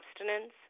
abstinence